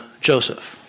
Joseph